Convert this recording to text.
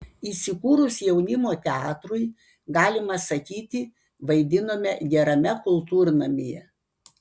įsikūrus jaunimo teatrui galima sakyti vaidinome gerame kultūrnamyje